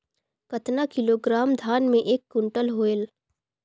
कतना किलोग्राम धान मे एक कुंटल होयल?